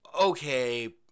okay